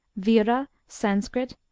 vira, sanskrit,